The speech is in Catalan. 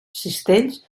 cistells